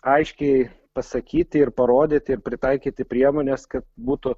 aiškiai pasakyti ir parodyti ir pritaikyti priemones kad būtų